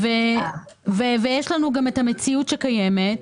ויש לנו את המציאות שקיימת.